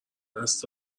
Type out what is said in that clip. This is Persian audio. هست